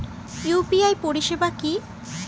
UPI পরিষেবা কি?